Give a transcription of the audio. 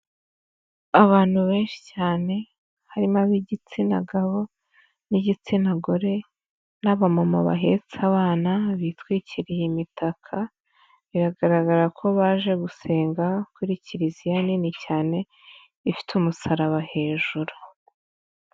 Abantu benshi cyane harimo ab'igitsina gabo n'igitsina gore n'abamama bahetse abana bitwikiriye imitaka, biragaragara ko baje gusenga kuri Kiliziya nini cyane ifite umusaraba hejuru.